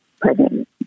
pregnant